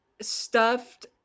stuffed